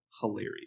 hilarious